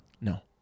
No